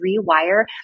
rewire